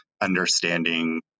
understanding